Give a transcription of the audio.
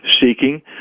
seeking